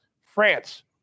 France